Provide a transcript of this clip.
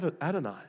Adonai